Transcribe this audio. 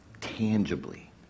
tangibly